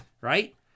right